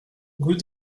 rue